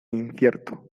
incierto